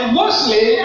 mostly